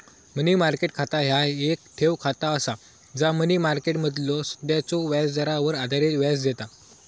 मनी market खाता ह्या येक ठेव खाता असा जा मनी मार्केटमधलो सध्याच्यो व्याजदरावर आधारित व्याज देता